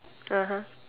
(uh huh)